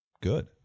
good